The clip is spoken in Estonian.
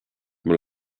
mul